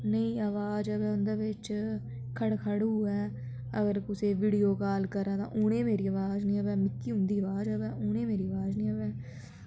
नेईं अवाज आवा उं'दे बिच्च खड़ खड़ होऐ अगर कुसै गी वीडियो काल करां तां उ'नें मेरी अवाज नी आवे मिकी उं'दी अवाज आवै उनें मेरी अवाज नी आवै